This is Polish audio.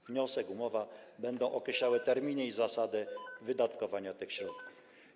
Wniosek, umowa będą określały terminy i zasady wydatkowania tych środków.